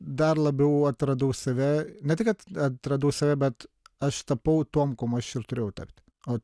dar labiau atradau save ne tai kad atradau save bet aš tapau tuom kuom aš ir turėjau tapti o